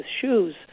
shoes